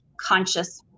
conscious